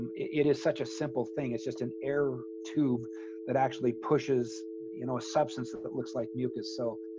and it is such a simple thing it's just an air tube that actually pushes, you know a substance that that looks like mucus. so